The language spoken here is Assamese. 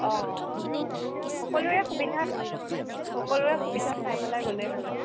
অ সকলোৰে সুবিধা সকলোৰে সুবিধা চাই পেলাই গ'লেই হ'ল আৰু